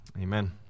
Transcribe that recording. Amen